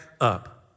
up